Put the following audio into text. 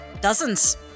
Dozens